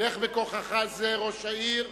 לך בכוחך זה, ראש העיר,